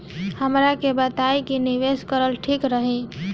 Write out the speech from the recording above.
हमरा के बताई की निवेश करल ठीक रही?